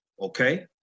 okay